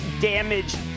damaged